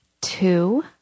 two